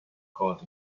caught